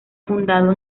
fundado